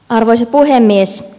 arvoisa puhemies